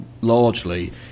largely